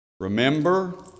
Remember